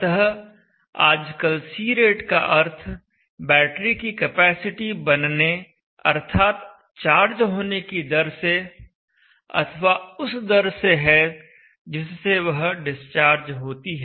अतः आजकल C rate का अर्थ बैटरी की केपेसिटी बनने अर्थात चार्ज होने की दर से अथवा उस दर से है जिससे वह डिस्चार्ज होती है